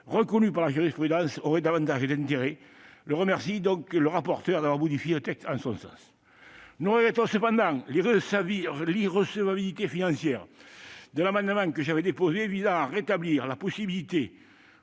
reconnue par la jurisprudence, aurait davantage d'intérêt. Je remercie donc le rapporteur d'avoir modifié le texte en ce sens. Nous regrettons cependant que l'amendement que j'avais déposé visant à rétablir la possibilité